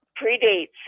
predates